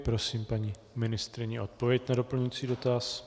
Prosím paní ministryni o odpověď na doplňující dotaz.